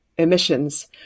emissions